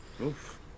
Oof